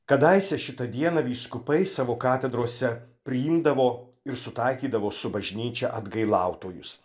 kadaise šitą dieną vyskupai savo katedrose priimdavo ir sutaikydavo su bažnyčia atgailautojus